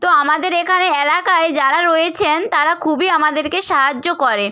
তো আমাদের এখানে এলাকায় যারা রয়েছেন তারা খুবই আমাদেরকে সাহায্য করে